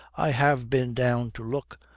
i have been down to look.